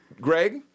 Greg